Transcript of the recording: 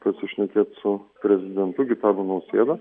pasišnekėt su prezidentu gitanu nausėda